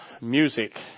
music